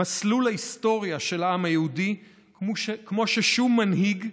מסלול ההיסטוריה של העם היהודי כמו ששום מנהיג,